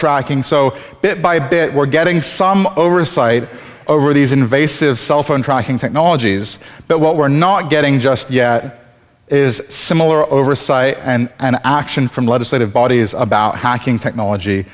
tracking so bit by bit we're getting some oversight over these invasive cell phone tracking technologies but what we're not getting just yet is similar oversight and action from legislative bodies about how king technology